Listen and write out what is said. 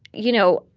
you know,